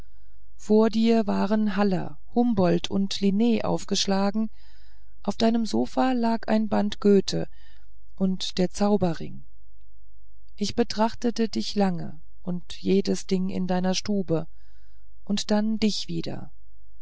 vor dir waren haller humboldt und linn aufgeschlagen auf deinem sofa lagen ein band goethe und der zauberring ich betrachtete dich lange und jedes ding in deiner stube und dann dich wieder